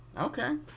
Okay